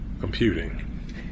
computing